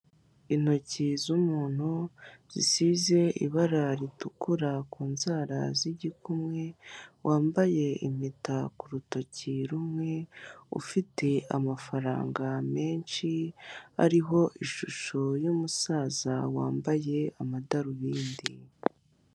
Intoki z'umuntu zisize ibara ritukura ku nzara z'igikumwe, wambaye impeta ku rutoki rumwe ufite amafaranga menshi ariho ishusho y'umusaza wambaye amadarubindi.